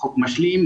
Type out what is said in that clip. חוק משלים.